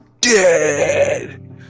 Dead